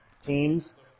teams